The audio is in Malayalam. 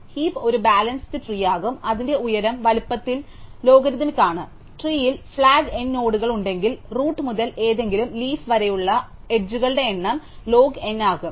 ഹീപ് ഒരു ബാലൻസ് ട്രീ ആകും അതിന്റെ ഉയരം വലുപ്പത്തിൽ ലോഗരിഥമിക് ആണ് ട്രീയിൽ ഫ്ലാഗ് N നോഡുകൾ ഉണ്ടെങ്കിൽ റൂട്ട് മുതൽ ഏതെങ്കിലും ലീഫ് വരെയുള്ള അരികുകളുടെ എണ്ണം ലോഗ് N ആകും